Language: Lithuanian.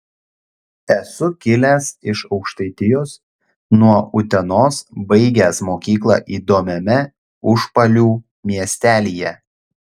esu kilęs iš aukštaitijos nuo utenos baigęs mokyklą įdomiame užpalių miestelyje